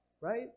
right